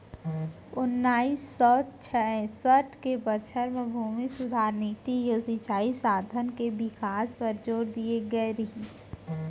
ओन्नाइस सौ चैंसठ के बछर म भूमि सुधार नीति अउ सिंचई साधन के बिकास बर जोर दिए गए रहिस